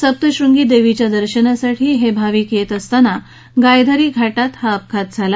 सप्तशृंगी देवीच्या दर्शनासाठी हे भाविक येत असताना गायधरी घाटात हा अपघात झाला